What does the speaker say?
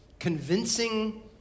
Convincing